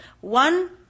one